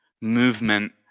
movement